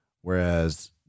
Whereas